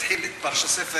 שתתחיל את קידושין.